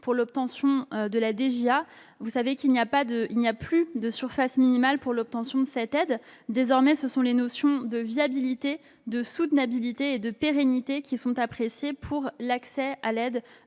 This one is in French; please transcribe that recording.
pour l'obtention de la DJA. Vous le savez, il n'y a plus de surface minimale pour l'obtention de cette aide. Désormais, ce sont les notions de viabilité, de soutenabilité et de pérennité qui sont appréciées pour l'accès aux aides